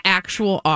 actual